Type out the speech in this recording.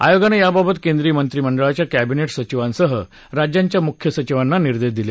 आयोगानं याबाबत केंद्रीय मंत्रीमंडळाच्या केंबिनेट सचिवांसह राज्यांच्या मुख्य सचिवांना निर्देश दिले